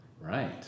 right